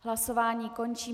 Hlasování končím.